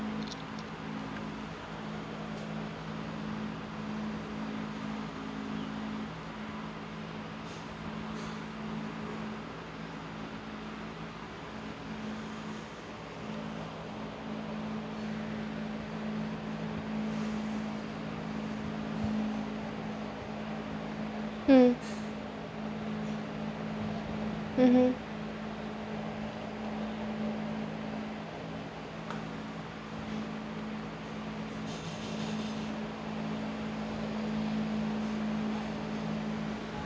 hmm mmhmm